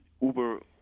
Uber